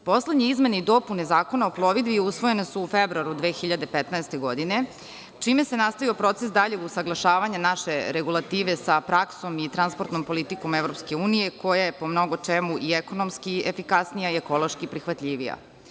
Poslednje izmene i dopune Zakona o plovidbi usvojene su u februaru 2015. godine, čime se nastavio proces daljeg usaglašavanja naše regulative sa praksom i transportnom politikom EU koja je po mnogo čemu i ekonomski i efikasnija i ekološki prihvatljivija.